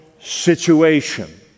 situation